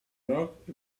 rock